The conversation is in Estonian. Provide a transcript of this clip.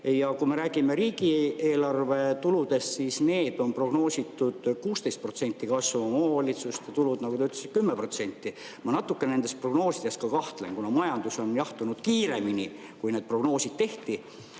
ees. Kui me räägime riigieelarve tuludest, siis need on prognoositud 16% kasvu, omavalitsuste tulud, nagu te ütlesite, 10%. Ma natukene nendes prognoosides ka kahtlen, kuna majandus on jahtunud kiiremini, kui need prognoosid tehti,